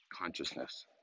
consciousness